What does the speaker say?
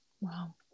Wow